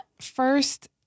first